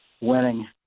winning